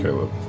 caleb.